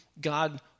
God